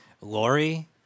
Lori